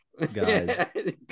guys